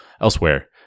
elsewhere